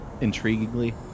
intriguingly